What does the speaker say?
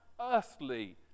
earthly